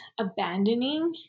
abandoning